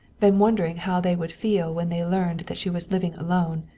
been wondering how they would feel when they learned that she was living alone,